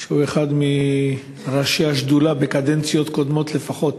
שהוא אחד מראשי השדולה, בקדנציות קודמות לפחות,